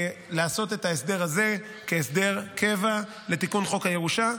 לעשות את ההסדר הזה כהסדר קבע לתיקון חוק הירושה.